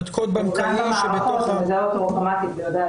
זאת אומרת,